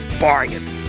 bargain